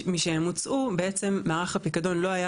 משהן הוצאו בעצם מערך הפיקדון לא היה